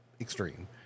extreme